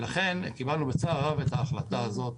לכן קיבלנו בצער רב את ההחלטה הזאת,